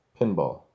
pinball